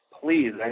please